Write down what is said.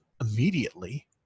immediately